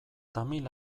tamil